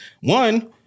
one